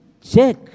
Check